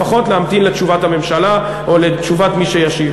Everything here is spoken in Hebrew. לפחות להמתין לתשובת הממשלה או לתשובת מי שישיב.